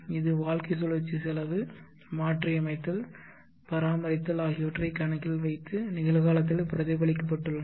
இது வாழ்க்கைச் சுழற்சி செலவு மாற்றியமைத்தல் பராமரித்தல் ஆகியவற்றைக் கணக்கில் வைத்து நிகழ்காலத்தில் பிரதிபலிக்கப்பட்டுள்ளன